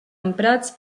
emprats